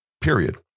period